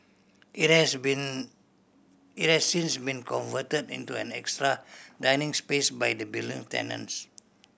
it has been it has since been converted into an extra dining space by the building tenants